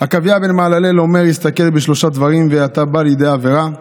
"עקביא בן מהללאל אומר: הסתכל בשלושה דברים ואין אתה בא לידי עבירה.